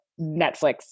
Netflix